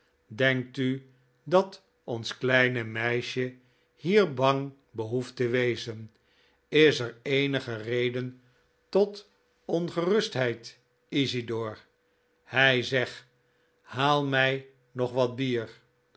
denkt u dat ons kleine meisje hier bang behoeft te wezen is er eenige reden tot ongerustheid isidor hei zeg haal mij nog wat bier